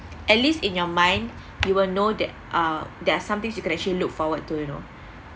at least in your mind you will know that uh there are some things you can actually look forward to you know